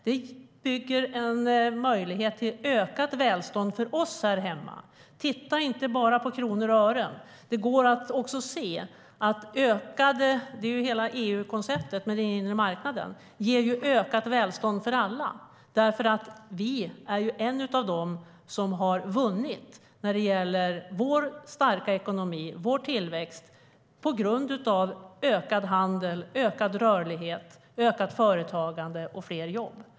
Det bygger en möjlighet till ökat välstånd för oss här hemma. Titta inte bara på kronor och ören! Hela EU-konceptet med den inre marknaden ger ju ökat välstånd för alla. Vi är en av dem som har vunnit när det gäller vår starka ekonomi och vår tillväxt på grund av ökad handel, ökad rörlighet, ökat företagande och fler jobb.